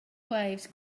waves